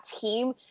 team